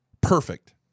perfect